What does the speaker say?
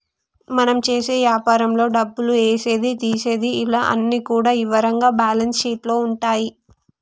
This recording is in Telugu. మనం చేసే యాపారంలో డబ్బులు ఏసేది తీసేది ఇలా అన్ని కూడా ఇవరంగా బ్యేలన్స్ షీట్ లో ఉంటాయి